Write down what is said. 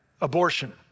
abortion